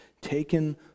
taken